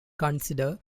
consider